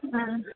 हा